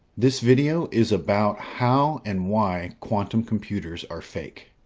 this video is about how and why quantum computers are fake.